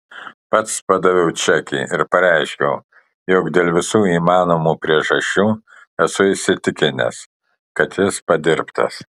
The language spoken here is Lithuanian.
pats padaviau čekį ir pareiškiau jog dėl visų įmanomų priežasčių esu įsitikinęs kad jis padirbtas